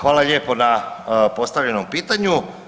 Hvala lijepo na postavljenom pitanju.